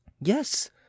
Yes